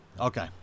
Okay